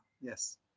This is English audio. yes